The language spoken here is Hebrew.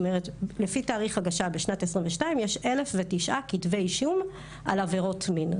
לפי תאריך הגשה בשנת 2022 יש 1,009 כתבי אישום על עבירות מין.